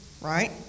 right